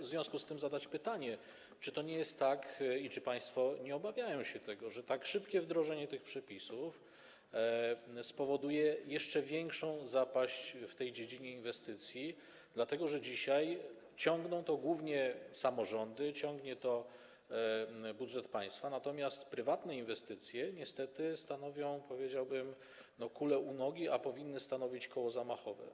W związku z tym chciałem zadać pytanie, czy to nie jest tak i czy państwo nie obawiają się tego, że tak szybkie wdrożenie tych przepisów spowoduje jeszcze większą zapaść w dziedzinie inwestycji, dlatego że dzisiaj dominują w tej dziedzinie głównie samorządy i budżet państwa, natomiast prywatne inwestycje niestety stanowią, powiedziałbym, kulę u nogi, a powinny stanowić koło zamachowe.